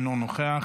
אינו נוכח,